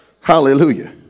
Hallelujah